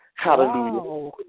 Hallelujah